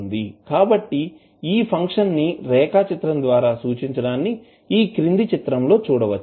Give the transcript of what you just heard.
కాబట్టి ఈ ఫంక్షన్ ని రేఖాచిత్రం ద్వారా సూచించడం ని ఈ క్రింది చిత్రం లో చూడవచ్చు